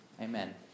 Amen